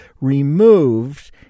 removed